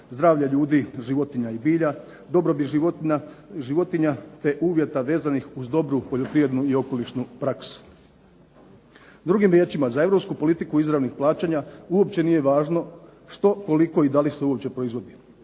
zdravlje ljudi, životinja i bilja, dobrobiti životinja te uvjeta vezanih uz dobru poljoprivrednu i okolišnu praksu. Drugim riječima, za europsku politiku izravnih plaćanja uopće nije važno što, koliko i da li se uopće proizvodi.